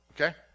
Okay